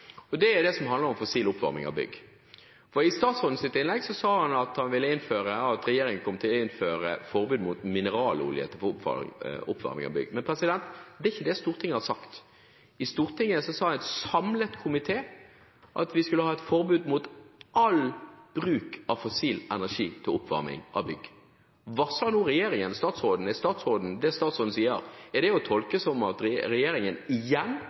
og det handler om fossil oppvarming av bygg. I statsrådens innlegg sa han at regjeringen kom til å innføre forbud mot mineralolje til oppvarming av bygg. Men det er ikke det Stortinget har sagt. I Stortinget sa en samlet komité at vi skulle ha et forbud mot all bruk av fossil energi til oppvarming av bygg. Er det statsråden nå sier, å tolke som at regjeringen igjen velger å gå imot de Stortinget har vedtatt og gått inn for? For det første må representanten Heikki Eidsvoll Holmås høre veldig dårlig hvis han nå hørte at